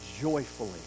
joyfully